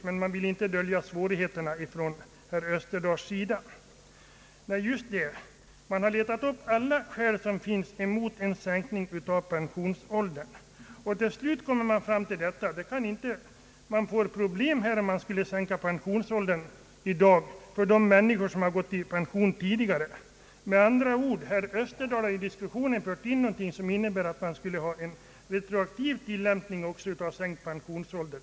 Herr Österdahl vill dock inte dölja svårigheterna härvidlag. Nej, just det, man har här letat upp alla skäl som kan anföras mot en sänkning av pensionsåldern. Till slut kommer han emellertid fram till att det blir problem, om pensionsåldern skall sänkas i dag, för de människor som har gått i pension tidigare. Herr Österdahl har med andra ord fört in i diskussionen någonting som innebär att man skulle ha någon sorts retroaktiv tilllämpning också när det gäller en sänkt pensionsålder.